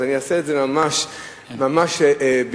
אז אני אעשה את זה ממש ממש בקצרה.